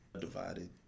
Divided